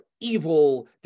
evil